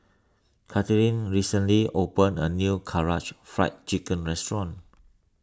Katelynn recently opened a new Karaage Fried Chicken restaurant